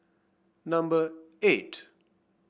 number eight